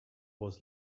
was